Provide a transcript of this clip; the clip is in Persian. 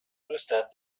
دوستت